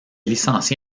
licencié